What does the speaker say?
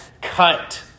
cut